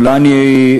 אז אולי,